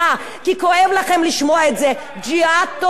ג'יהאד טוטליטרי, זה מה שאתם עשיתם.